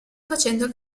facendo